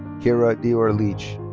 kira dior leach.